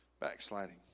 Backsliding